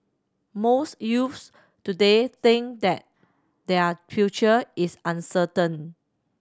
most youths today think that their future is uncertain